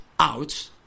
Out